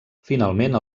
finalment